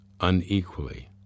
unequally